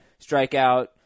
strikeout